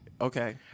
okay